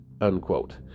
unquote